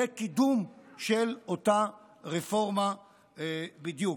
וקידום של אותה רפורמה בדיוק.